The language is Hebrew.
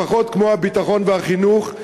לפחות כמו הביטחון והחינוך,